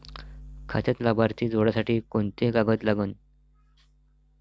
खात्यात लाभार्थी जोडासाठी कोंते कागद लागन?